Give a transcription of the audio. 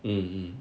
mm